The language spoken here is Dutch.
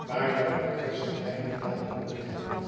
maar dat congressen weinig dadelijk nut hebben